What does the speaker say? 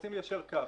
רוצים ליישר קו.